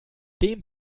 dem